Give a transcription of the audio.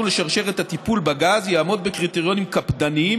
לשרשרת הטיפול בגז יעמוד בקריטריונים קפדניים,